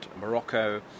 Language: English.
Morocco